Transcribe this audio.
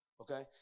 Okay